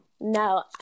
no